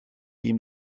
ihm